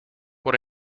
por